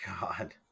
God